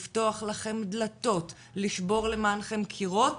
לפתוח לכם דלתות, לשבור למענכם קירות